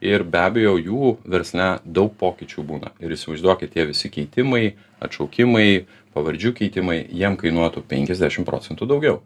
ir be abejo jų versle daug pokyčių būna ir įsivaizduokit tie visi keitimai atšaukimai pavardžių keitimai jiem kainuotų penkiasdešim procentų daugiau